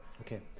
okay